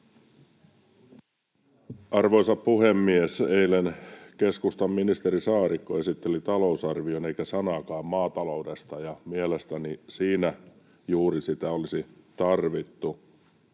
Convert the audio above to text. Arvoisa puhemies! Eilen keskustan ministeri Saarikko esitteli talousarvion, eikä sanaakaan maataloudesta. Mielestäni juuri siinä sitä olisi tarvittu.